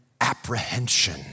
apprehension